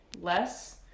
less